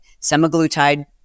semaglutide